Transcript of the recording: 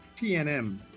PNM